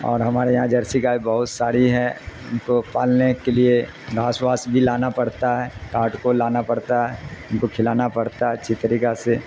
اور ہمارے یہاں جرسی گائے بہت ساری ہے ان کو پالنے کے لیے گھاس واس بھی لانا پڑتا ہے کاٹ کو لانا پڑتا ہے ان کو کھلانا پڑتا ہے اچھی طریقہ سے